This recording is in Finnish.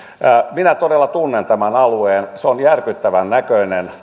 minä todella tunnen tämän alueen tämä joenuoma on järkyttävän näköinen